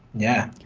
yeah.